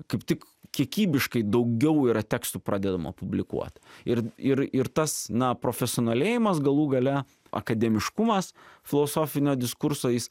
kaip tik kiekybiškai daugiau yra tekstų pradedama publikuot ir ir ir tas na profesionalėjimas galų gale akademiškumas filosofinio diskurso jis